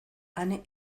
ane